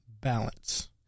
balance